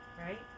right